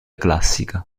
classica